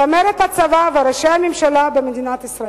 צמרת הצבא וראשי הממשלה במדינת ישראל.